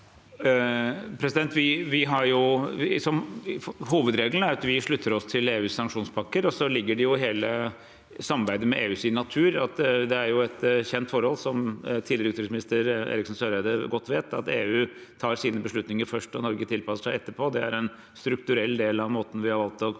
Ho- vedregelen er at vi slutter oss til EUs sanksjonspakker, og så ligger det i hele samarbeidet med EUs natur – det er jo et kjent forhold, som tidligere utenriksminister Eriksen Søreide vet godt – at EU tar sine beslutninger først og Norge tilpasser seg etterpå. Det er en strukturell del av måten vi har valgt å koble